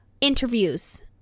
interviews